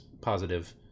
positive